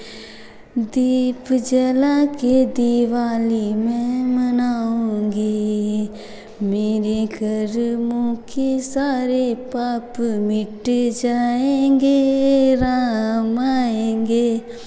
दीप जला के दिवाली मैं मनाऊँगी मेरे कर्मों के सारे पाप मिट जाएँगे राम आएँगे